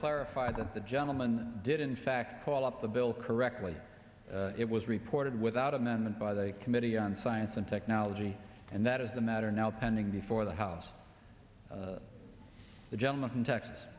clarified that the gentleman did in fact call up the bill correctly it was reported without amendment by the committee on science and technology and that is the matter now pending before the house the gentleman from texas